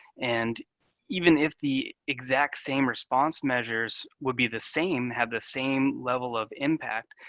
and even if the exact same response measures would be the same, have the same level of impact,